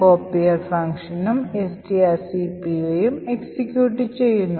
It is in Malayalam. copier ഫംഗ്ഷനും strcpyഉം എക്സിക്യൂട്ട് ചെയ്യുന്നു